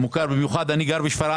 אני גם בשפרעם.